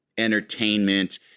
entertainment